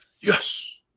Yes